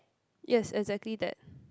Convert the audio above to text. yes exactly that